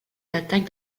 l’attaque